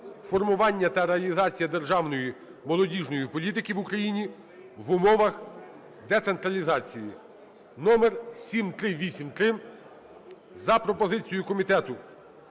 "Формування та реалізація державної молодіжної політики в Україні в умовах децентралізації" (№ 7383) за пропозицією комітету